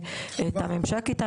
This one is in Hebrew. ואת הממשק איתם,